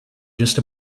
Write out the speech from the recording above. just